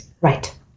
right